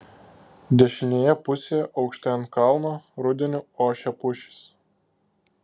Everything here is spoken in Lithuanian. dešinėje pusėje aukštai ant kalno rudeniu ošė pušys